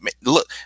look